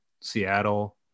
Seattle